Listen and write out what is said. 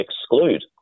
exclude